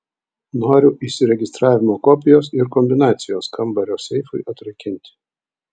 noriu įsiregistravimo kopijos ir kombinacijos kambario seifui atrakinti